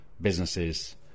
businesses